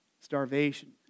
starvation